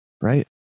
right